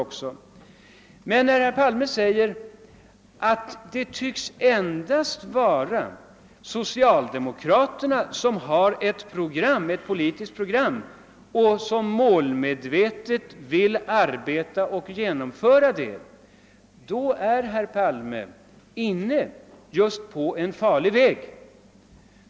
När herr Palme säger att det endast tycks vara socialdemokraterna som har ett politiskt program och som målmedvetet vill arbeta på att genomföra det, är emellertid herr Palme inne på en farlig väg.